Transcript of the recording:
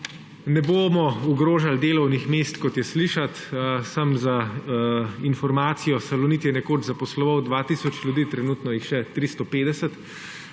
Ne bomo ogrožali delovnih mest, kot je slišati. Samo za informacijo, Salonit je nekoč zaposloval 2 tisoč ljudi, trenutno jih še 350,